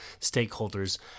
stakeholders